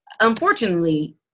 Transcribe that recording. unfortunately